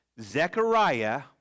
Zechariah